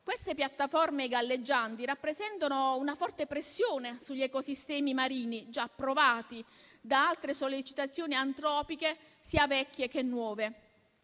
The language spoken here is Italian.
Queste piattaforme galleggianti rappresentano una forte pressione sugli ecosistemi marini, già provati da altre sollecitazioni antropiche, sia vecchie sia nuove.